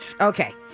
Okay